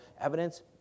Evidence